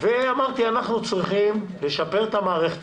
אמרתי שאנחנו צריכים לשפר את המערכת